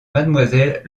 mademoiselle